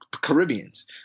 Caribbeans